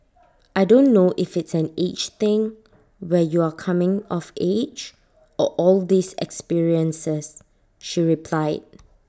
I don't know if it's an age thing where you're coming of age or all these experiences she replied